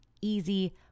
easy